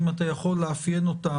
אם אתה יכול לאפיין אותן.